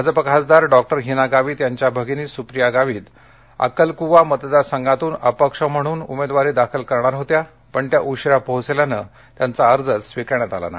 भाजपा खासदार डॉक्टर हिना गावित यांच्या भगिनी सुप्रिया गावित अक्कलकुवा मतदारसंघातून अपक्ष म्हणून उमेदवारी दाखल करणार होत्या पण त्या उशीरा पोहोचल्यानं त्यांचा अर्जच स्वीकरण्यात आला नाही